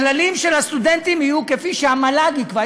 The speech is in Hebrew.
הכללים של הסטודנטים יהיו כפי שהמל"ג תקבע,